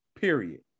Period